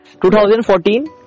2014